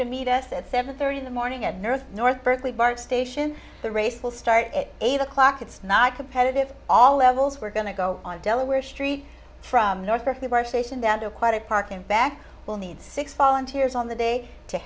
to meet us at seven thirty in the morning at north north berkeley bart station the race will start at eight o'clock it's not competitive all levels we're going to go on delaware street from north beckley west station down there quite a park in back will need six volunteers on the day to